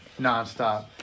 nonstop